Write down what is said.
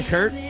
Kurt